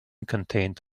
contained